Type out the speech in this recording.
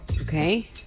Okay